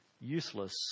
useless